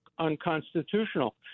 unconstitutional